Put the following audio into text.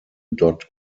dot